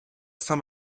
saint